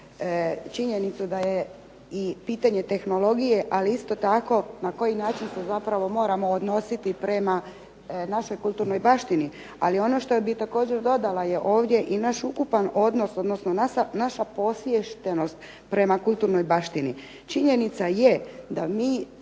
činjenicu da je i pitanje tehnologije, ali isto tako na koji način se zapravo moramo odnositi prema našoj kulturnoj baštini, ali ono što bi također dodala je ovdje i naš ukupan odnos, odnosno naša posviještenost prema kulturnoj baštini. Činjenica je da mi